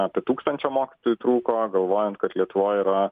apie tūkstančio mokytojų trūko galvojant kad lietuvoj yra